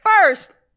first